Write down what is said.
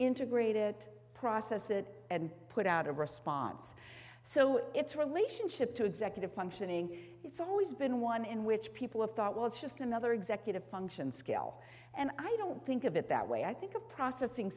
integrate it process it and put out a response so it's relationship to executive functioning it's always been one in which people have thought well it's just another executive function scale and i don't think of it that way i think of processing